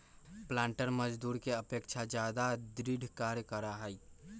पालंटर मजदूर के अपेक्षा ज्यादा दृढ़ कार्य करा हई